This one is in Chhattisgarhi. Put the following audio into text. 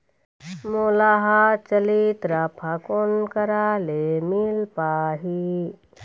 मोला हाथ चलित राफा कोन करा ले मिल पाही?